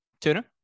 Tuna